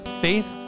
faith